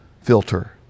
filter